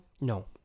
No